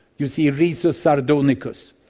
you see risus sardonicus,